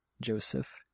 Joseph